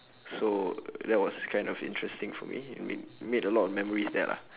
so that was kind of interesting for me made I made a lot of memories there lah